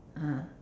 (uh huh)